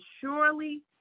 surely